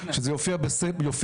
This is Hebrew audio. שזה יופיע בסקר.